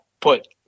put